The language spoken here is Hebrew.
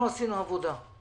אנחנו עשינו עבודה,